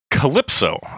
Calypso